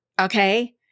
okay